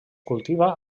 cultiva